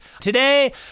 today